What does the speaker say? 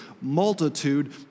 multitude